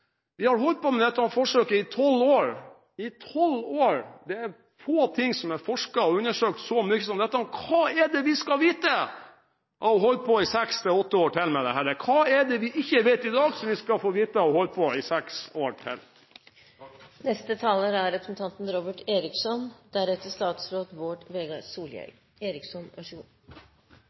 Man har holdt på med dette forsøket i tolv år – i tolv år! Det er få ting som er forsket på og undersøkt så mye som dette. Hva er det vi ikke vet i dag, som vi skal få vite ved å holde på i seks–åtte år til? Jeg hadde egentlig ikke tenkt å ta ordet, men når en sitter her i salen og hører på denne debatten, minner det meg litt om det gamle NRK-programmet «Du skal høre mye». Jeg registrerer at representanten